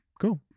Cool